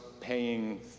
paying